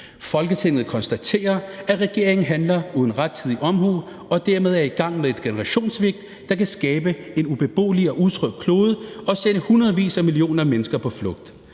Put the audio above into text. Folketinget konstaterer, at regeringen handler uden rettidig omhu og dermed er i gang med et generationssvigt, der kan skabe en ubeboelig og utryg klode og sende hundredvis af millioner af mennesker på flugt.